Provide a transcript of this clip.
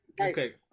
Okay